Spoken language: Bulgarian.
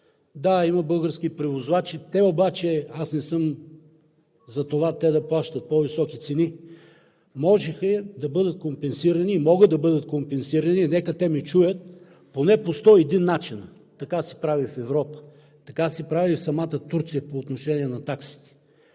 Да, има български превозвачи. Аз не съм за това те да плащат по-високи цени. Можеха да бъдат компенсирани, и могат да бъдат компенсирани – нека те ме чуят, поне по сто и един начина. Така се прави в Европа, така се прави и в самата Турция по отношение на таксите.